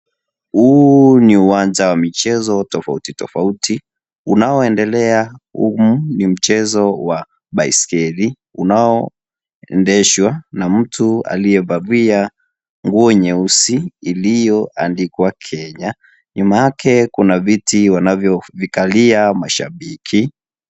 Huu ni uwanja wa michezo tofauti tofauti. Unaoendelea humu ni mchezo wa baiskeli unaoendeshwa na mtu aliyevalia nguo nyeusi iliyoandikwa Kenya. Nyuma yake kuna viti wanavyo vikalia mashabiki.